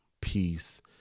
peace